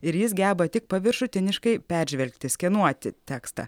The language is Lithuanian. ir jis geba tik paviršutiniškai peržvelgti skenuoti tekstą